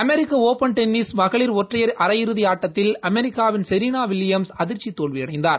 அமெரிக்க Open tennis மகளிர் ஒற்றையர் அரையிறதி அபட்டத்தில் அமெரிக்காவின் செரீனா வில்லியம்ஸ் அதிர்ச்சித் தோல்வியடைந்தார்